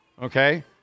Okay